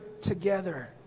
together